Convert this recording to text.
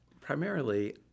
primarily